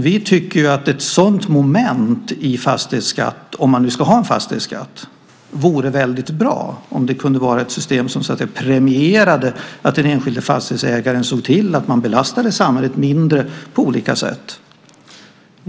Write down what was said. Vi tycker att ett sådant moment i fastighetsskatt, om man nu ska ha en fastighetsskatt, vore väldigt bra. Det kunde vara ett system som premierade att den enskilde fastighetsägaren såg till att man belastade samhället mindre på olika sätt.